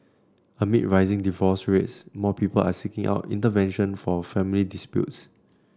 amid rising divorce rates more people are seeking out intervention for family disputes